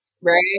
right